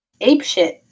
apeshit